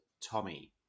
Tommy